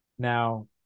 now